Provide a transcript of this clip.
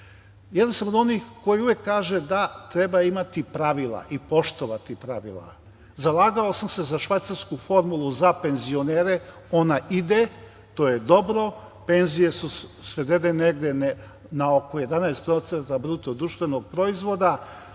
sam od onih koji uvek kaže da treba imati pravila i poštovati pravila. Zalagao sam se za švajcarsku formulu za penzionere. Ona ide, to je dobro, penzije su svedene negde na oko 11% BDP to je dobro,